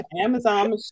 Amazon